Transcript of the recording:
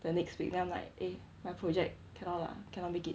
the next week then I'm like eh my project cannot lah cannot make it